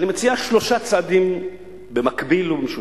אני מציע שלושה צעדים במקביל ובמשותף,